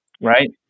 right